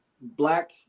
Black